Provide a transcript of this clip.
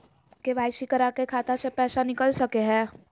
KYC करा के खाता से पैसा निकल सके हय?